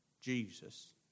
Jesus